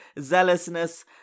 zealousness